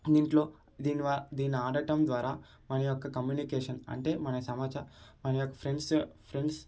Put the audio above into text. దీంట్లో దీన్ని వల్ల దీన్ని ఆడటం ద్వారా మన యొక్క కమ్యూనికేషన్ అంటే మన సమాచార మన యొక్క ఫ్రెండ్స్ ఫ్రెండ్స్